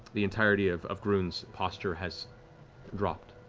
the entirety of of groon's posture has dropped,